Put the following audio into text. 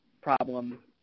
problem